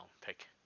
pick